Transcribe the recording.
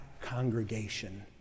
congregation